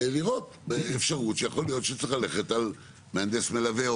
לראות אפשרות שיכול להיות שצריך ללכת על מהנדס מלווה,